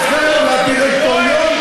מתמנה לדירקטוריון.